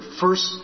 first